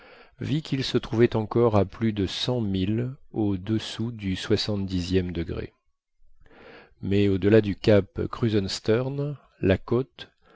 qu'il se trouvait encore à plus de cent milles au-dessous du soixante dixième degré mais au-delà du cap kruzenstern la côte